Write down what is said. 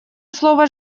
слово